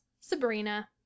sabrina